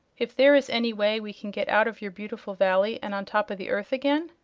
if there is any way we can get out of your beautiful valley, and on top of the earth again.